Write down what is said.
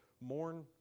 mourn